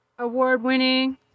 award-winning